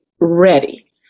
ready